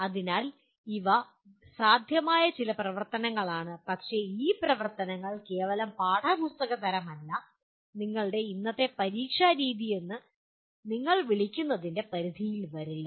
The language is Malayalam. അതിനാൽ ഇവ സാധ്യമായ ചില പ്രവർത്തനങ്ങളാണ് പക്ഷേ ഈ പ്രവർത്തനങ്ങൾ കേവലം പാഠപുസ്തക തരം അല്ല ഞങ്ങളുടെ ഇന്നത്തെ പരീക്ഷാ രീതിയെന്ന് നിങ്ങൾ വിളിക്കുന്നതിന്റെ പരിധിയിൽ വരില്ല